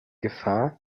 gefahr